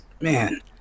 man